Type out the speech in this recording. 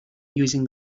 using